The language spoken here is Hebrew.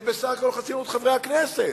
זה בסך הכול חסינות חברי הכנסת.